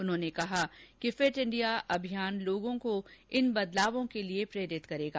उन्होंने कहा कि फिट इंडिया अभियान लोगों को इन बदलावों के लिए प्रेरित करेगा